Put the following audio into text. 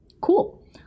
Cool